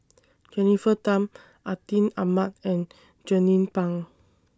Jennifer Tham Atin Amat and Jernnine Pang